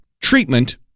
treatment